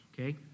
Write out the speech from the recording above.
okay